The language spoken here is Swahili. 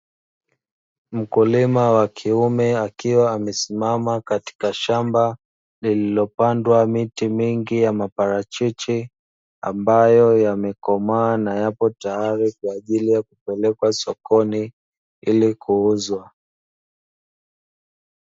Mkulima wa kiume ambae amesimama katika shamba lililopandwa miti mingi ya maparachichi ambayo yamekomaa na yapo tayari kwajili ya kupelekwa sokoni ili kuuzwa.